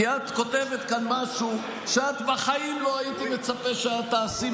כי את כותבת כאן משהו שבחיים לא הייתי מצפה שאת תעשי,